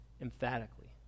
emphatically